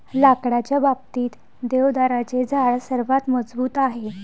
लाकडाच्या बाबतीत, देवदाराचे झाड सर्वात मजबूत आहे